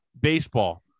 baseball